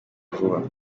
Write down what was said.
vuba